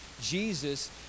Jesus